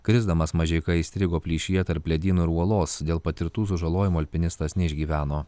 krisdamas mažeika įstrigo plyšyje tarp ledyno ir uolos dėl patirtų sužalojimų alpinistas neišgyveno